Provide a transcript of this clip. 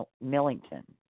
Millington